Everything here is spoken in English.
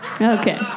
Okay